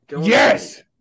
Yes